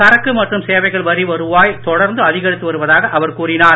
சரக்கு மற்றும் சேவைகள் வரி வருவாய் தொடர்ந்து அதிகரித்து வருவதாக அவர் கூறினார்